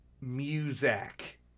music